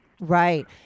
Right